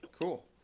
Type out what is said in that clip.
cool